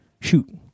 Shoot